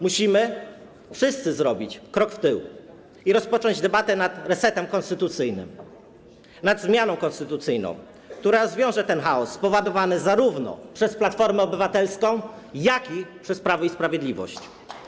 Musimy wszyscy zrobić krok w tył i rozpocząć debatę nad resetem konstytucyjnym, nad zmianą konstytucyjną, która rozwiąże ten chaos spowodowany zarówno przez Platformę Obywatelską, jak i przez Prawo i Sprawiedliwość.